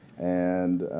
and